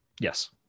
yes